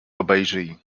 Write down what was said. obejrzyj